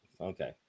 Okay